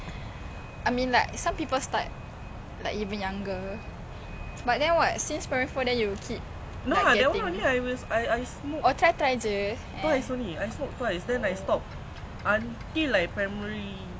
I mean like some people start like even younger but then what since primary four then you keep oh try try jer eh